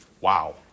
wow